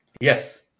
Yes